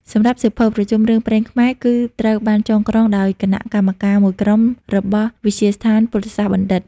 សម្រាប់សៀវភៅ ប្រជុំរឿងព្រេងខ្មែរ គឺត្រូវបានចងក្រងដោយគណៈកម្មការមួយក្រុមរបស់វិទ្យាស្ថានពុទ្ធសាសនបណ្ឌិត្យ។